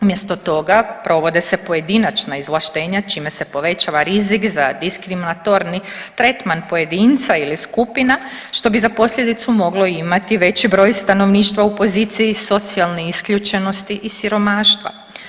Umjesto toga provode se pojedinačna izvlaštenja čime se povećava rizik za diskriminatorni tretman pojedinca ili skupina što bi za posljedicu moglo imati veći broj stanovništva u poziciji socijalne isključenosti i siromaštva.